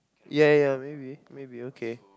ya ya ya maybe maybe okay